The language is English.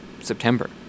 September